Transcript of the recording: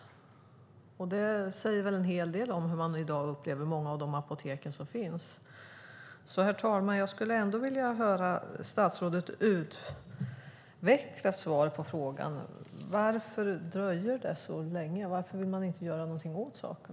Det säger väl en hel del om hur man i dag upplever många av de apotek som finns. Herr talman! Jag skulle vilja höra statsrådet utveckla svaret på frågan. Varför dröjer det så länge? Varför vill man inte göra någonting åt saken?